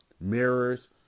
Mirrors